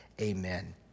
amen